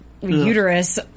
uterus